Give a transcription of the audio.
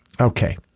Okay